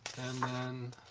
and then